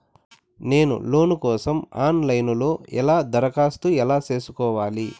నేను లోను కోసం online లో ఎలా దరఖాస్తు ఎలా సేసుకోవాలి?